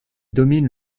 domine